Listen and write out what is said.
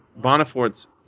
bonifort's